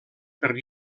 per